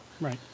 Right